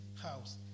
house